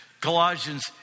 Colossians